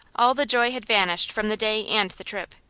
all the joy had vanished from the day and the trip.